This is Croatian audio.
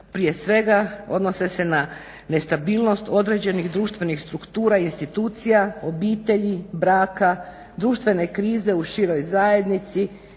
prije svega odnose se na nestabilnost određenih društvenih struktura i institucija, obitelji, braka, društvene krize u široj zajednici,